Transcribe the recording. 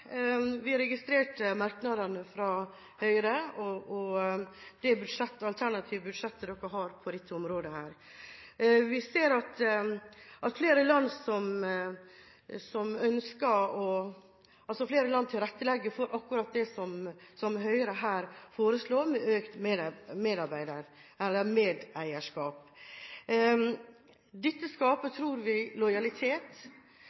Vi har registrert merknadene fra Høyre og det alternative budsjettet de har på dette området. Vi ser at flere land tilrettelegger for akkurat det som Høyre her foreslår, med økt medeierskap. Dette tror vi skaper lojalitet. Et godt eksempel på det må vel være hvis vi sammenligner SAS og Norwegian, der Norwegian har akkurat dette